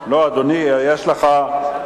לא, אדוני, מהצד.